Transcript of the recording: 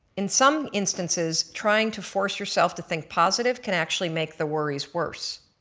in some instances trying to force yourself to think positive can actually make the worries worse,